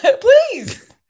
please